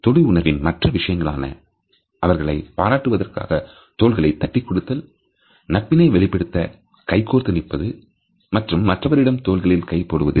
தொடு உணர்வின் மற்ற விஷயங்கள் ஆன அவர்களைப் பாராட்டுவதற்காக தோள்களைத் தட்டிக் கொடுத்தல் நட்பினை வெளிப்படுத்த கைகோர்த்து நிற்பது மற்றும் மற்றவருடைய தோள்களில் கை போடுதல்